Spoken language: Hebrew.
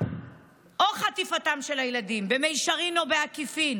או חטיפתם של הילדים במישרין או בעקיפין,